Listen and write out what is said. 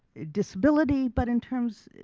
disability, but in terms,